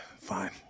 Fine